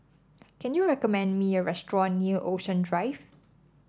can you recommend me a restaurant near Ocean Drive